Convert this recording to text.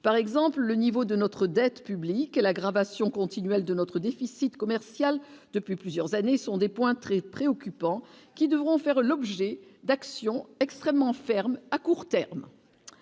par exemple, le niveau de notre dette publique l'aggravation continuelle de notre déficit commercial depuis plusieurs années, sont des points très préoccupant, qui devront faire l'objet d'action extrêmement ferme à court terme,